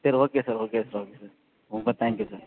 sir okay sir okay sir okay sir ரொம்ப thank you sir